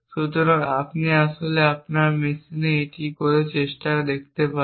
সুতরাং আপনি আসলে আপনার মেশিনে এটি চেষ্টা করে দেখতে পারেন